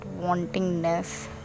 wantingness